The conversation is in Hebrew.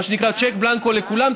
מה שנקרא צ'ק בלנקו לכולם,